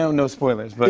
no no spoilers. but